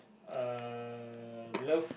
uh love